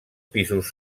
pisos